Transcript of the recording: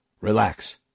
Relax